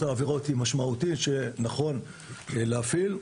העבירות היא משמעותית ונכון להפעיל זאת.